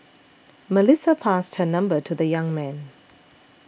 Melissa passed her number to the young man